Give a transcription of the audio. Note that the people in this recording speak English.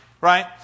Right